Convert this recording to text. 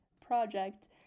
project